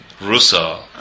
Russo